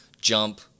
jump